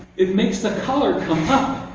it makes the color come up.